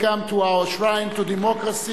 welcome to our shrine of democracy,